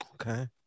okay